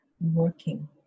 working